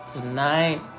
Tonight